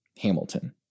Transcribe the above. Hamilton